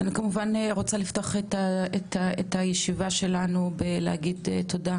אני כמובן רוצה לפתוח את הישיבה שלנו בלהגיד תודה